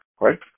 right